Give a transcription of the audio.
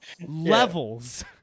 levels